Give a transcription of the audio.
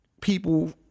people